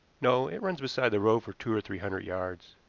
no, it runs beside the road for two or three hundred yards.